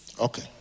Okay